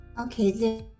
Okay